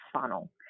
funnel